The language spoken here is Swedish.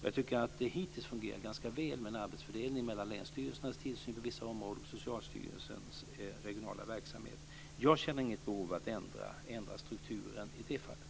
Jag tycker att det hittills fungerat ganska väl med en arbetsfördelning mellan länsstyrelsernas tillsyn på vissa områden och Socialstyrelsens regionala verksamhet. Jag känner inget behov av att ändra strukturen i det fallet.